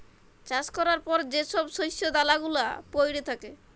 চাষ ক্যরার পর যে ছব শস্য দালা গুলা প্যইড়ে থ্যাকে